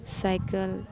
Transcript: cycle